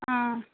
ஆ